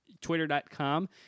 twitter.com